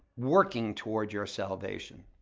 working toward your salvation?